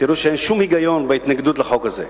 תראו שאין שום היגיון בהתנגדות לחוק הזה.